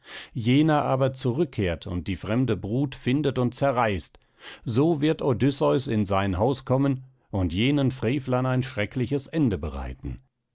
jener aber zurückkehrt und die fremde brut findet und zerreißt so wird odysseus in sein haus kommen und jenen frevlern ein schreckliches ende bereiten